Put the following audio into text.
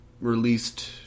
released